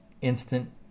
instant